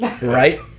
Right